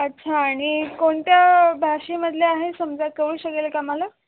अच्छा आणि कोणत्या भाषेमधल्या आहे समजा कळू शकेल का मला